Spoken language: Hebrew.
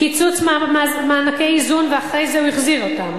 קיצוץ מענקי איזון, ואחרי זה הוא החזיר אותם.